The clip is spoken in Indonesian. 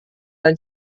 dan